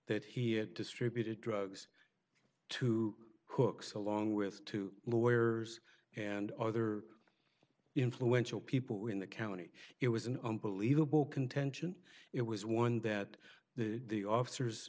that he had distributed drugs to cook's along with two lawyers and other influential people in the county it was an unbelievable contention it was one that the officers